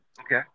Okay